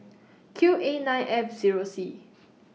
Q A nine F Zero C